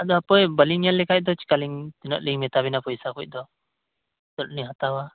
ᱟᱫᱚ ᱵᱟᱞᱤᱧ ᱧᱮᱞ ᱞᱮᱠᱷᱟᱡ ᱪᱮᱠᱟ ᱞᱤᱧ ᱢᱮᱛᱟᱵᱮᱱᱟ ᱯᱚᱭᱥᱟ ᱠᱚᱫᱚ ᱛᱤᱱᱟᱹᱜ ᱞᱤᱧ ᱦᱟᱛᱟᱣᱟ